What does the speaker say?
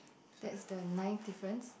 that is the nine difference